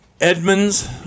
Edmonds